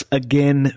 again